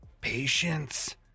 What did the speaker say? Patience